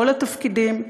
כל התפקידים,